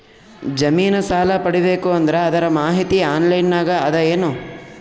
ಜಮಿನ ಸಾಲಾ ಪಡಿಬೇಕು ಅಂದ್ರ ಅದರ ಮಾಹಿತಿ ಆನ್ಲೈನ್ ನಾಗ ಅದ ಏನು?